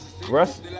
Russ